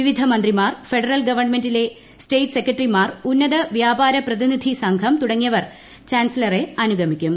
വിവിധ മന്ത്രിമാർ ഫെഡറൽ ഗവൺമെന്റിലെ സ്റ്റേറ്റ് സെക്രട്ടറിമാർ ഉന്നത വ്യാപാര പ്രതിനിധി സംഘം തുടങ്ങിയവർ ചാൻസിലറെ അനുഗമിക്കും